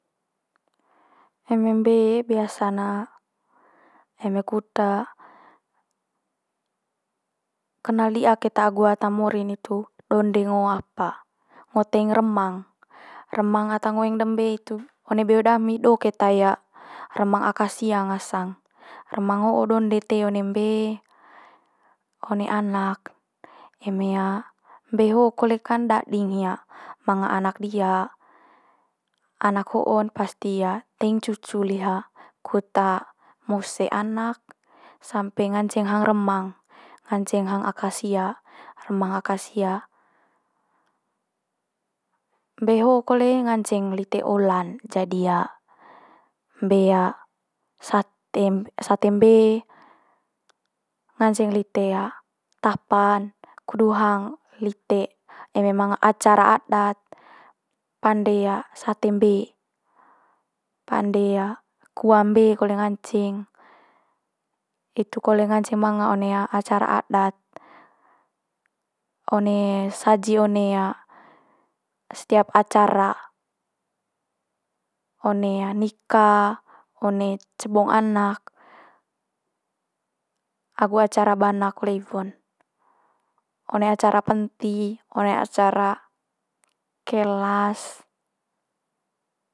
Eme mbe biasa eme kut kenal di'a keta agu ata mori'n hitu donde ngo apa ngo teing remang. Remang ata ngoeng de mbe hitu one beo dami do keta remang akasia ngasang. Remang ho donde teing one mbe, one anak'n eme. Mbe ho kole kan dading hia, manga anak dia anak ho'on pasti teing cucu liha kut mose anak sampe ngance hang remang nganceng hang akasia remang akasia. Mbe ho kole nganceng lite ola'n jadi mbe sate sat- sate mbe, nganceng lite tapa'n kudu hang lite eme manga acara adat pande sate mbe, pande kua mbe kole nganceng. Hitu kole nganceng manga one acara adat, one saji one setiap acara, one nika, one cebong anak agu acara bana kole iwo'n, one acara penti, one acara kelas.